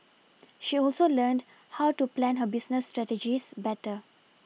she also learned how to plan her business strategies better